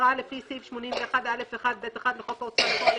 התראה לפי סעיף 81א1(ב1) לחוק ההוצאה לפועל,